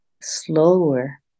slower